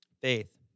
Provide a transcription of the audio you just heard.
faith